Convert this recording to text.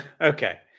Okay